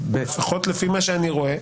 לפחות לפי מה שאני רואה,